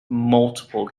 multiple